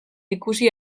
ikusi